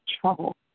trouble